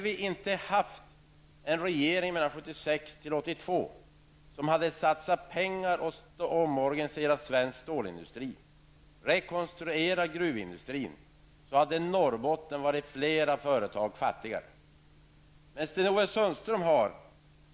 Om vårt land åren 1976--1982 inte hade haft en regering som satsat pengar på och omorganiserat svensk stålindustri samt rekonstruerat gruvindustrin, då hade Norrbotten varit flera företag fattigare än det är i dag.